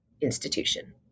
institution